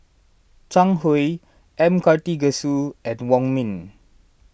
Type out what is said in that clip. Zhang Hui M Karthigesu and Wong Ming